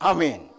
Amen